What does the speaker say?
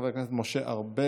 חבר הכנסת ינון אזולאי,